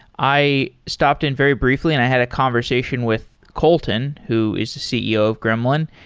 i stopped in very briefly and i had a conversation with kolton, who is the ceo of gremlin,